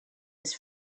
his